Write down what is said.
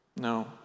No